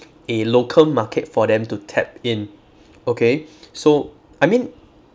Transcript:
a local market for them to tap in okay so I mean